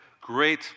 great